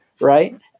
right